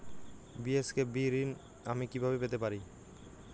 BSKB ঋণ আমি কিভাবে পেতে পারি?